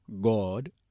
God